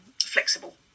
Flexible